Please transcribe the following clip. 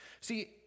See